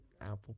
Apple